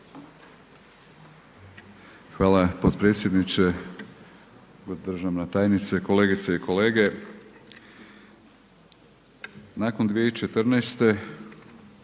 Hvala potpredsjedniče, državna tajnice, kolegice i kolege. Nakon 2014.